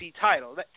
title